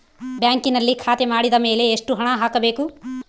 ಬ್ಯಾಂಕಿನಲ್ಲಿ ಖಾತೆ ಮಾಡಿದ ಮೇಲೆ ಎಷ್ಟು ಹಣ ಹಾಕಬೇಕು?